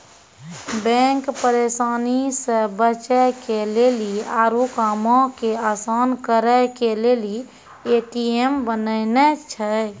bank परेशानी से बचे के लेली आरु कामो के असान करे के लेली ए.टी.एम बनैने छै